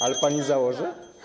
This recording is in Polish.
Ale pani założy?